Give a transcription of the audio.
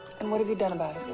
and what have you done about